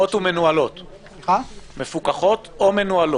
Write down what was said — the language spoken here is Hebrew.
אני אעביר נוסח מפורט לייעוץ המשפטי כדי שיכניסו את זה לפונץ'-בננה.